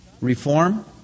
reform